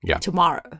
tomorrow